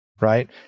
right